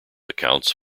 accounts